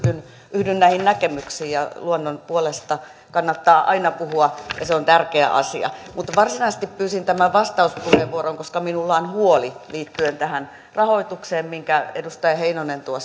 yhdyn näihin näkemyksiin luonnon puolesta kannattaa aina puhua ja se on tärkeä asia mutta varsinaisesti pyysin tämän vastauspuheenvuoron koska minulla on huoli liittyen tähän rahoitukseen minkä edustaja heinonen